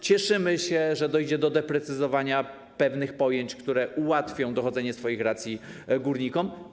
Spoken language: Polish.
Cieszymy się, że dojdzie do doprecyzowania pewnych pojęć, co ułatwi dochodzenie swoich racji górnikom.